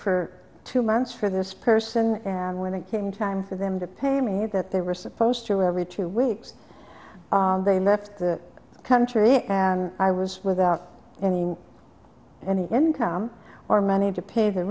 for two months for this person and when it came time for them to pay me that they were supposed to every two weeks they left the country and i was without any any income or money to pay the